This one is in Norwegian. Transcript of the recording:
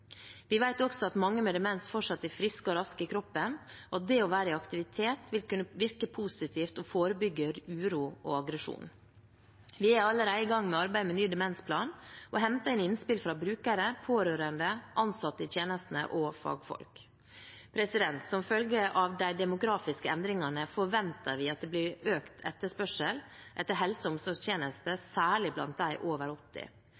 Vi vet også at mange med demens fortsatt er friske og raske i kroppen, og det å være i aktivitet vil kunne virke positivt og forebygge uro og aggresjon. Vi er allerede i gang med arbeidet med ny demensplan og henter inn innspill fra brukere, pårørende, ansatte i tjenestene og fagfolk. Som følge av de demografiske endringene venter vi at det blir økt etterspørsel etter helse- og omsorgstjenester, særlig blant dem over 80